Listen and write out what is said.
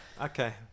okay